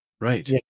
Right